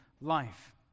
life